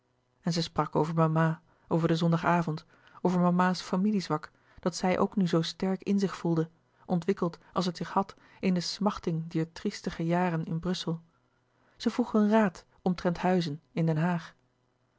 en zij sprak over mama over den zondag avond over mama's familie zwak dat zij ook nu zoo sterk in zich voelde ontwikkeld als het zich had in de smachting dier triestige jaren in brussel zij vroeg hun raad omtrent huizen in den haag